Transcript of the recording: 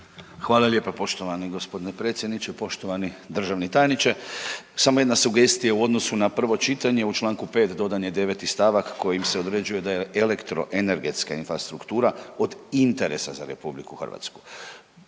Hvala lijepo. Poštovani g. predsjedniče, poštovani državni tajniče. Samo jedna sugestija u odnosu na prvo čitanje. U čl. 5. dodan je 9.st. kojim se određuje da je elektroenergetska infrastruktura od interesa za RH.